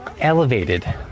elevated